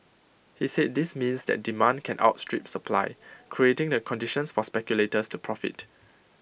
he said this means that demand can outstrip supply creating the conditions for speculators to profit